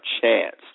chance